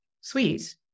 sweet